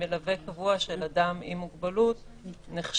מלווה קבוע של אדם עם מוגבלות נחשב